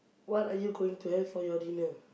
what are you going to have for your dinner